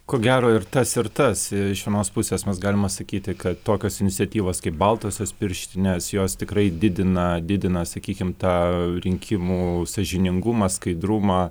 ko gero ir tas ir tas iš vienos pusės mes galima sakyti kad tokios iniciatyvos kaip baltosios pirštinės jos tikrai didina didina sakykim tą rinkimų sąžiningumą skaidrumą